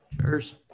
Cheers